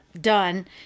done